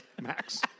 Max